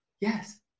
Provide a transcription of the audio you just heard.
Yes